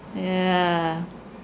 yeah